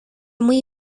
muy